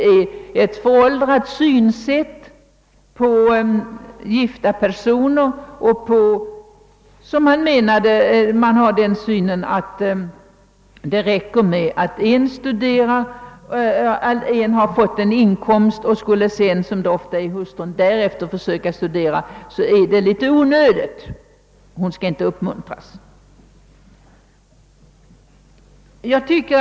Det är en föråldrad syn på gifta personer, ansåg han, att det räcker med att en har fått utbildning och inkomst och att det är onödigt att uppmuntra hustrun — som det oftast gäller — till att senare försöka studera.